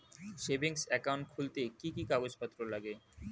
Savings account খুলতে কি কি কাগজপত্র লাগে?